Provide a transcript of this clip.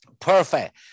Perfect